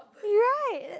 right